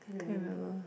can't remember